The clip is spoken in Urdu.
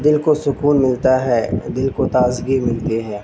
دل کو سکون ملتا ہے دل کو تازگی ملتی ہے